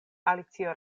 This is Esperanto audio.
alicio